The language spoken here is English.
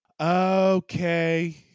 Okay